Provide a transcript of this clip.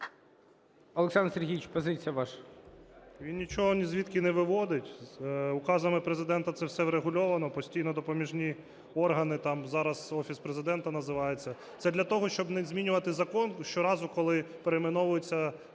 Олександр Сергійович, позиція ваша. 12:35:29 КОРНІЄНКО О.С. Він нічого нізвідки не виводить. Указами Президента це все врегульовано, постійно допоміжні органи, там зараз Офіс Президента називається. Це для того, щоб не змінювати закон щоразу, коли перейменовується